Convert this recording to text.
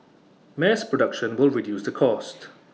mass production will reduce the cost